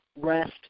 rest